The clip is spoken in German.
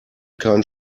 keinen